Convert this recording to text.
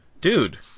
dude